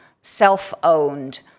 self-owned